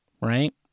right